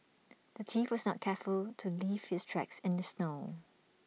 the thief was not careful to leave his tracks in the snow